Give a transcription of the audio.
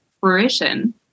fruition